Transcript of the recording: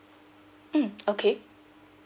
mm okay